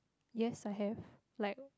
yes I have like